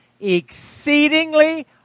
Exceedingly